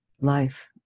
life